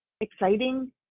exciting